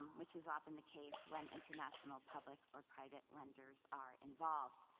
which is often the case when international public or private lenders are involved.